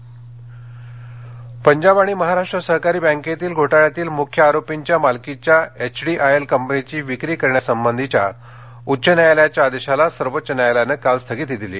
PMC Punjab आणि महाराष्ट्र सहकारी बँकेतील घोटाळ्यातील मुख्य आरोपींच्या मालकीच्या एचडीआयएल कंपनीची विक्री करण्यासंबंधीच्या उच्च न्यायालयाच्या आदेशाला सर्वोच्च न्यायालयानं काल स्थगिती दिली